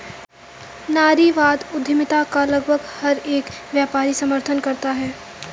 नारीवादी उद्यमिता का लगभग हर एक व्यापारी समर्थन करता है